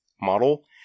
model